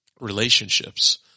relationships